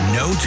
no